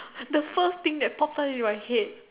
the first thing that popped up in my head